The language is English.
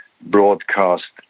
broadcast